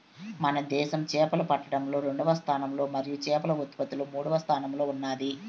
మన దేశం చేపలు పట్టడంలో రెండవ స్థానం మరియు చేపల ఉత్పత్తిలో మూడవ స్థానంలో ఉన్నాది